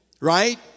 Right